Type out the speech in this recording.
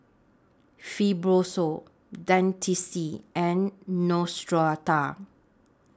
Fibrosol Dentiste and Neostrata